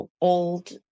old